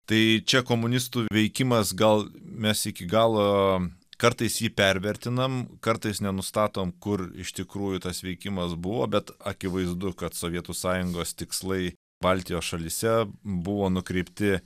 tai čia komunistų veikimas gal mes iki galo kartais jį pervertinam kartais nenustatom kur iš tikrųjų tas veikimas buvo bet akivaizdu kad sovietų sąjungos tikslai baltijos šalyse buvo nukreipti